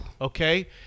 Okay